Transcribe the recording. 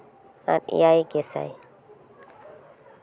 ᱟᱨ ᱮᱭᱟᱭ ᱜᱮᱥᱟᱭ